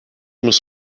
muss